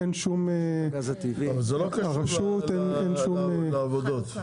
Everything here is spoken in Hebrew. זה לא קשור לעבודות.